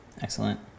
Excellent